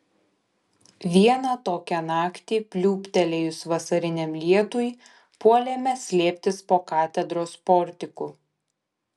vieną tokią naktį pliūptelėjus vasariniam lietui puolėme slėptis po katedros portiku